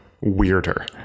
weirder